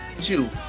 two